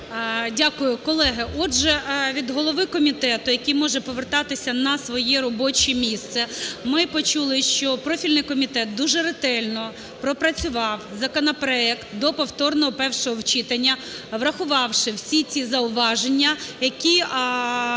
Дякую. Колеги, отже, від голови комітету, який може повертатися на своє робоче місце, ми почули, що профільний комітет дуже ретельно пропрацював законопроект до повторного першого читання, врахувавши всі ці зауваження, які зазначили